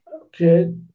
Okay